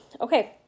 Okay